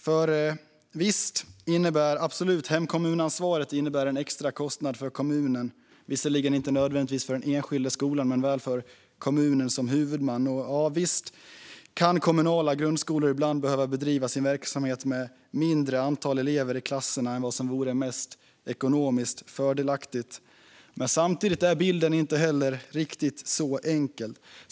För visst innebär hemkommunansvaret en extra kostnad för kommunen, visserligen inte nödvändigtvis för den enskilda skolan, men väl för kommunen som huvudman, och visst kan kommunala grundskolor ibland behöva bedriva sin verksamhet med mindre antal elever i klasserna än vad som vore mest ekonomiskt fördelaktigt. Men samtidigt är inte heller bilden riktigt så enkel.